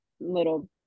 little